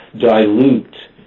dilute